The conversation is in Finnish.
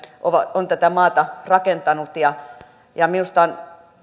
on tätä maata rakentanut ja ja minusta on